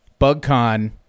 BugCon